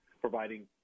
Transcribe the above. providing